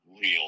real